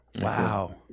Wow